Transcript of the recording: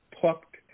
plucked